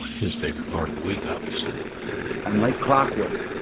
his favorite part of the week, obviously and like clockwork,